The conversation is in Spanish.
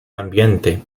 ambiente